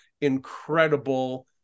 incredible